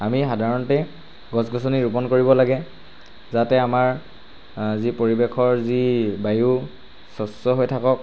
আমি সাধাৰণতে গছ গছনি ৰোপণ কৰিব লাগে যাতে আমাৰ যি পৰিৱেশৰ যি বায়ু স্বচ্ছ হৈ থাকক